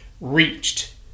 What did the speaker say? reached